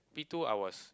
P two I was